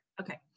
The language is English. Okay